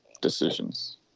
decisions